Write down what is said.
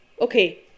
okay